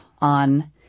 on